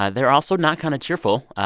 ah they're also not kind of cheerful.